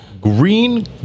Green